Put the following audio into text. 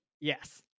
Yes